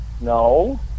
No